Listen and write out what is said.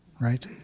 right